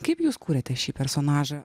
kaip jūs kūrėte šį personažą